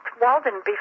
Walden